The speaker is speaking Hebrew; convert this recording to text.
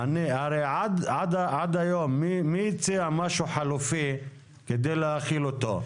עד היום, מי הציע משהו חלופי כדי להחיל אותו?